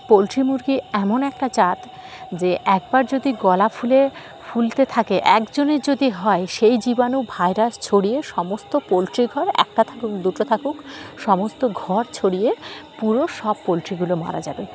poultry মুরগি এমন একটা চাঁদ যে একবার যদি গলা ফুলে ফুলতে থাকে একজনের যদি হয় সেই জীবাণু ভাইরাস ছড়িয়ে সমস্ত পোলট্রি ঘর একটা থাকুক দুটো থাকুক সমস্ত ঘর ছড়িয়ে পুরো সব পোলট্রিগুলো মারা যাবে